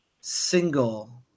single